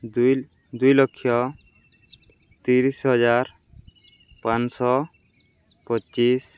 ଦୁଇ ଦୁଇ ଲକ୍ଷ ତିରିଶ ହଜାର ପାଞ୍ଚ ଶହ ପଚିଶ